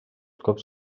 cops